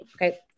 okay